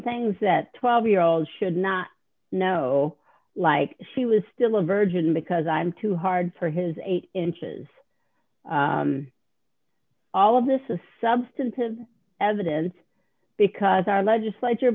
things that twelve year old should not know like she was still a virgin because i'm too hard for his eight inches all of this is substantive evidence because our legislature